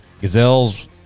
Gazelles